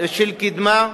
של קדמה.